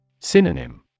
Synonym